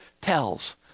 tells